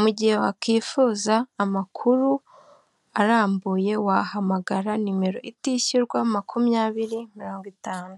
mu gihe wakwifuza amakuru arambuye wahamagara nimero itishyurwa, makumyabiri, mirongo itanu.